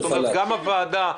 גם הוועדה,